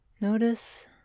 notice